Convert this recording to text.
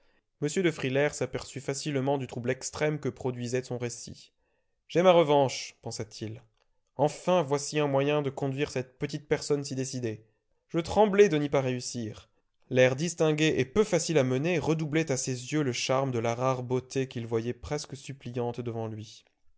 m de frilair s'aperçut facilement du trouble extrême que produisait son récit j'ai ma revanche pensa-t-il enfin voici un moyen de conduire cette petite personne si décidée je tremblais de n'y pas réussir l'air distingué et peu facile à mener redoublait à ses yeux le charme de la rare beauté qu'il voyait presque suppliante devant lui